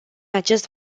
acest